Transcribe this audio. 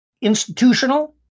institutional